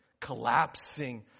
collapsing